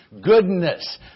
goodness